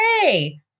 hey